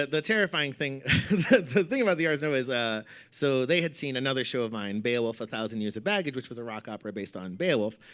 the terrifying thing the thing about the ars nova is ah so they had seen another show of mine, beowulf, a thousand years of baggage, which was a rock opera based on beowulf.